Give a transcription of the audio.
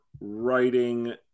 writing